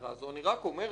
אני רק אומר לך,